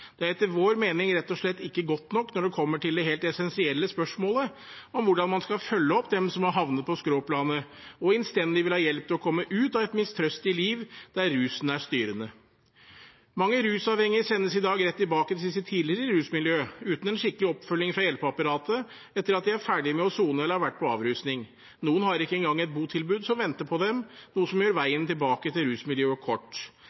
Det er etter vår mening rett og slett ikke godt nok når det kommer til det helt essensielle spørsmålet, om hvordan man skal følge opp dem som har havnet på skråplanet, og som innstendig vil ha hjelp til å komme ut av et mistrøstig liv der rusen er det styrende. Mange rusavhengige sendes i dag rett tilbake til sitt tidligere rusmiljø, uten en skikkelig oppfølging fra hjelpeapparatet, etter at de er ferdige med å sone eller har vært på avrusning. Noen har ikke engang et botilbud som venter på dem, noe som gjør veien tilbake rusmiljøet kort.